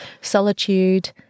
Solitude